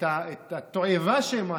את התועבה שהם עשו,